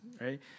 right